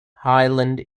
hyland